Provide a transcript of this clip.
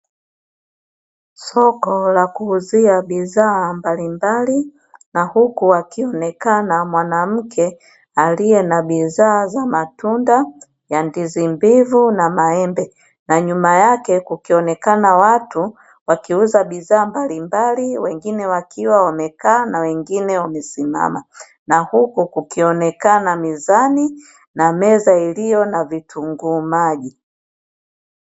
Soko la kuuzia bidhaa mbalimbali na huku akionekana mwanamke aliye na bidhaa za matunda ya ndizi mbivu na maembe na nyuma yake kukionekana watu wakiuza bidhaa mbalimbali wengine wakiwa wamekaa na wengine wamesimama. Na huku kukionekana mizani na meza iliyo na vitunguu maji.